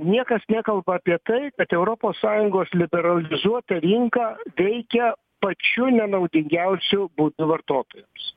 niekas nekalba apie tai kad europos sąjungos liberalizuota rinka teikia pačiu nenaudingiausiu būdu vartotojams